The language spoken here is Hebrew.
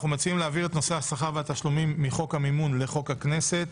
אנחנו מציעים להעביר את נושא את השכר והתשלומים מחוק המימון לחוק הכנסת,